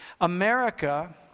America